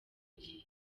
gihe